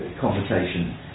conversation